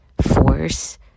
force